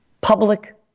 Public